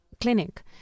Clinic